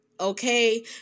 Okay